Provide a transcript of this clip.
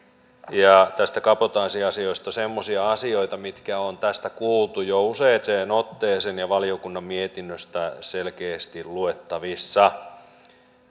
ja näistä kabotaasiasioista semmoisia asioita mitkä on tässä kuultu jo useaan useaan otteeseen ja mitkä ovat valiokunnan mietinnöstä selkeästi luettavissa